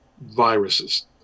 viruses